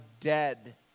dead